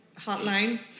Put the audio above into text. hotline